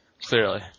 Clearly